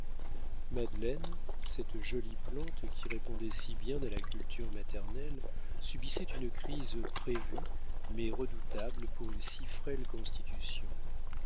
cette jolie plante qui répondait si bien à la culture maternelle subissait une crise prévue mais redoutable pour une si frêle constitution